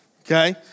okay